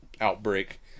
Outbreak